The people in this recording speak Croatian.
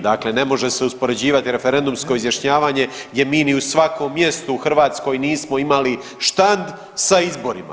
Dakle, ne može se uspoređivati referendumsko izjašnjavanje gdje mi ni u svakom mjestu u Hrvatskoj nismo imali štand sa izborima.